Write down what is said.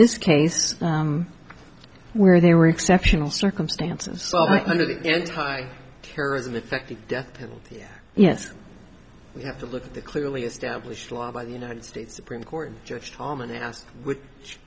this case where they were exceptional circumstances under the anti terrorism effective death penalty yes we have to look at the clearly established law by the united states supreme court just asked which